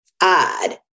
odd